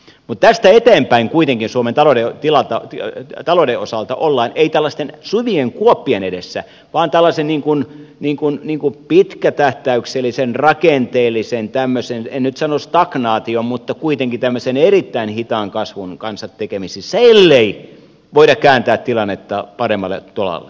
mutta tästä eteenpäin kuitenkin suomen talouden osalta ollaan ei tällaisten syvien kuoppien edessä vaan tällaisen pitkätähtäyksellisen rakenteellisen en nyt sanoisi stagnaation mutta kuitenkin tämmöisen erittäin hitaan kasvun kanssa tekemisissä ellei voida kääntää tilannetta paremmalle tolalle